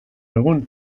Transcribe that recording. egun